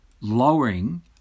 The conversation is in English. lowering